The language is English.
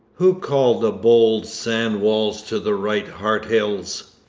who called the bold sand-walls to the right heart hills?